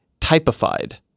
typified